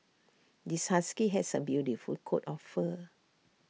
this husky has A beautiful coat of fur